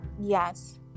Yes